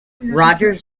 rogers